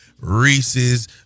Reese's